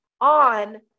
on